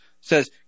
says